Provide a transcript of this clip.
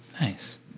Nice